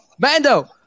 Mando